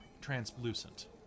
translucent